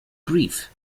brief